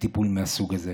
בטיפול מהסוג הזה.